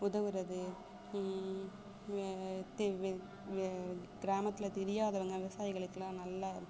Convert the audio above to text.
உதவுறது தெ வே கிராமத்தில் தெரியாதவங்க விவசாயிகளுக்கெல்லாம் நல்லா